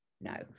No